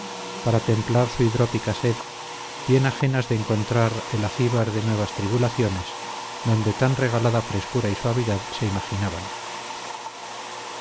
para templar su hidrópica sed bien ajenas de encontrar el acíbar de nuevas tribulaciones donde tan regalada frescura y suavidad se imaginaban